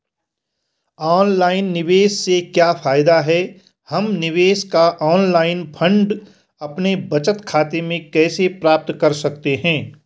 Online निवेश से क्या फायदा है हम निवेश का ऑनलाइन फंड अपने बचत खाते में कैसे प्राप्त कर सकते हैं?